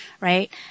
right